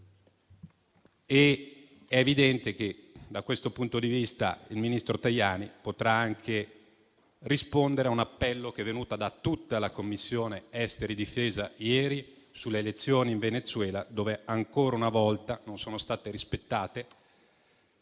È evidente che, da questo punto di vista, il ministro Tajani potrà anche rispondere a un appello che è venuto da tutta la Commissione esteri e difesa ieri sulle elezioni in Venezuela, dove ancora una volta non sono stati rispettati